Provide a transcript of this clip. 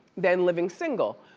than living single.